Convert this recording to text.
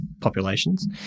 populations